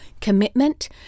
commitment